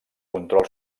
control